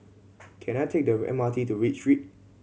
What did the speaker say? can I take the M R T to Read Street